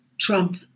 Trump